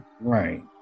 Right